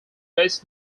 best